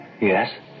Yes